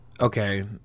okay